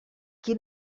qui